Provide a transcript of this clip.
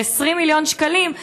זה כבר 20 מיליון שקלים,